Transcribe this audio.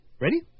Ready